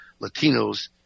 Latinos